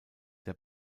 der